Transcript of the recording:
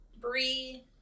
Brie